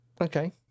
Okay